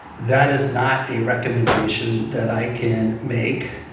that is not a recommendation that i can make.